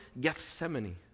Gethsemane